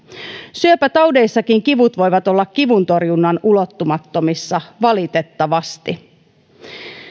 syöpätaudeissakin kivut voivat olla kivuntorjunnan ulottumattomissa valitettavasti